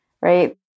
right